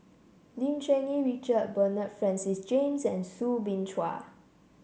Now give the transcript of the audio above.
Lim Cherng Yih Richard Bernard Francis James and Soo Bin Chua